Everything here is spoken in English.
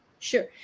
sure